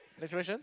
next question